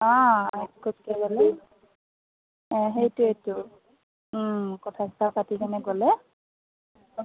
অ একগোটকে গ'লে অ সেইটোৱেতো ওম কথা চথা পাতিকেনে গ'লে